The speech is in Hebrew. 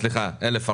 מ/1400.